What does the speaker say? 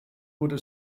wurde